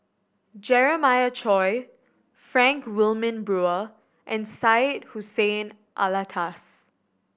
Jeremiah Choy Frank Wilmin Brewer and Syed Hussein Alatas